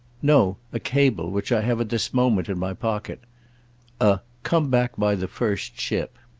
no a cable, which i have at this moment in my pocket a come back by the first ship